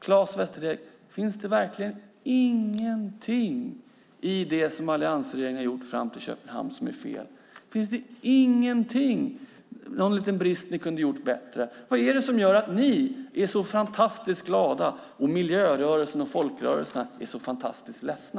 Claes Västerteg: Finns det verkligen ingenting i det som alliansregeringen har gjort fram till Köpenhamn som är fel? Finns det inte någon liten brist som kan förbättras? Vad är det som gör att ni är så fantastiskt glada och miljörörelsen och folkrörelserna är så fantastiskt ledsna?